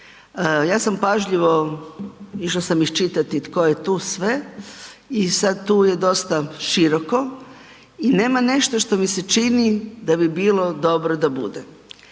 Ja sam pažljivo, išla sam iščitati tko je tu sve i sad tu je dosta široko i nema nešto što mi se čini da bi bilo dobro da bude.